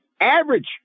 average